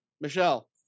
Michelle